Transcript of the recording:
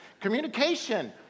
Communication